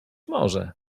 może